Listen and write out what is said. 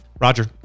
Roger